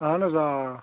اَہَن حظ آ آ